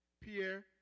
Pierre